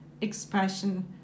expression